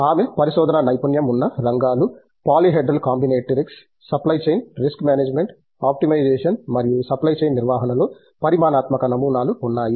ఆమె పరిశోధనా నైపుణ్యం ఉన్న రంగాలు polyhedral combinatorics supply chain risk management optimization మరియు సప్లై చైన్ నిర్వహణలో పరిమాణాత్మక నమూనాలు ఉన్నాయి